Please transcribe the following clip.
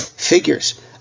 Figures